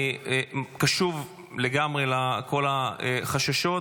אני קשוב לגמרי לכל החששות.